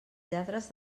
lladres